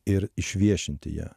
ir išviešinti ją